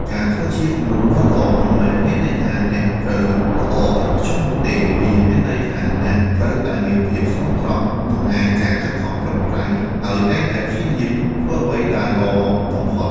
ការធ្វើជាគំរូដ៏ល្អមិនមែនមានន័យថាអ្នកត្រូវល្អឥតខ្ចោះនោះទេ វាមានន័យថាអ្នកត្រូវតែមានភាពស្មោះត្រង់ បង្ហាញការខិតខំប្រឹងប្រែង ហើយតែងតែព្យាយាមធ្វើអ្វីដែលល្អបំផុត។